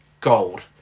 gold